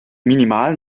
minimalen